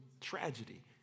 tragedy